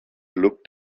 looked